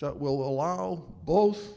that will allow both